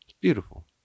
Beautiful